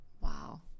Wow